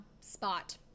spot